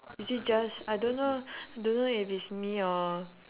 is it just I don't know don't know if it's me or